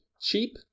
Cheap